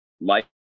life